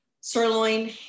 sirloin